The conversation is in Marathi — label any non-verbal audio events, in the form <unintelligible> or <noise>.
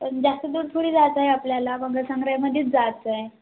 पण जास्त दूर थोडी जायचं आहे आपल्याला <unintelligible> मध्येच जायचं आहे